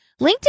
LinkedIn